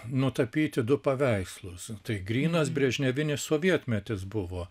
nutapyti du paveikslus tai grynas brežnevinis sovietmetis buvo